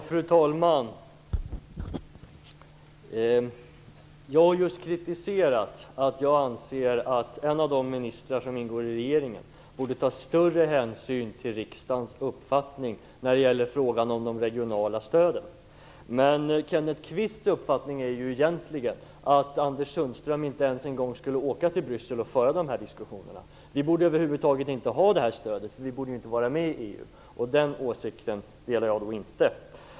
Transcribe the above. Fru talman! Jag har just kritiserat att en av ministrarna i regeringen inte tar större hänsyn till riksdagens uppfattning i frågan om de regionala stöden, men Kenneth Kvists uppfattning är egentligen att Anders Sundström inte ens borde resa till Bryssel för att föra diskussioner om detta. Vi borde inte få detta stöd och borde över huvud taget inte vara med i EU. Den åsikten delar jag inte.